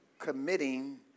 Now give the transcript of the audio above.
committing